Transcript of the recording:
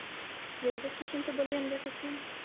railway station ਤੋਂ ਬੋਲੀ ਜਾਂਦੇ ਤੁਸੀਂ